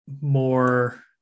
more